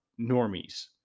normies